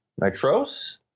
nitros